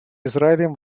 израилем